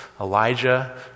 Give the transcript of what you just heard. Elijah